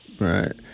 Right